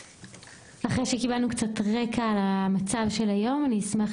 אחרי שקיבלנו קצת רקע על המצב היום אני אשמח